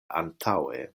antaŭe